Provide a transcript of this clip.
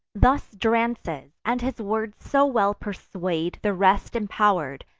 thus drances and his words so well persuade the rest impower'd,